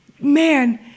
man